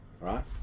Right